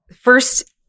first